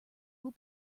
will